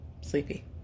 Sleepy